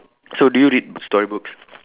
so do you read story books